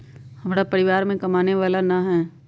हमरा परिवार में कमाने वाला ना है?